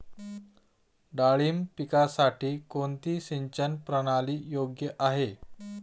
डाळिंब पिकासाठी कोणती सिंचन प्रणाली योग्य आहे?